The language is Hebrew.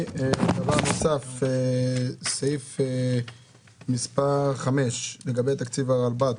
דבר נוסף, סעיף מספר 5, לגבי תקציב הרלב"ד.